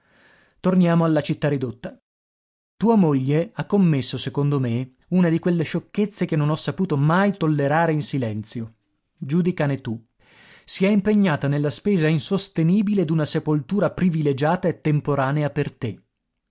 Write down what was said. torniamo alla città ridotta tua moglie ha commesso secondo me una di quelle sciocchezze che non ho saputo mai tollerare in silenzio giudicane tu si è impegnata nella spesa insostenibile d'una sepoltura privilegiata e temporanea per te